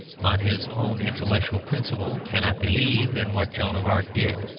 on his own intellectual principle, cannot believe in what joan of arc did,